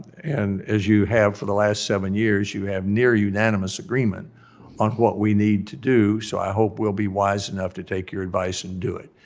and as you have for the last seven years, you have near unanimous agreement on what we need to do. so, i hope we'll be wise enough to take your advice and do it.